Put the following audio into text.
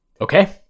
Okay